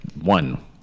one